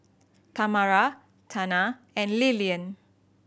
Tamara Tana and Lilyan